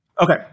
Okay